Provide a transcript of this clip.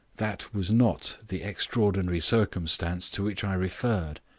that was not the extraordinary circumstance to which i referred.